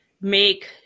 make